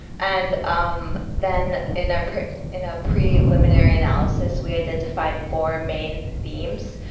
and um then in ah in a preliminary analysis, we identified four main themes